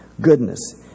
goodness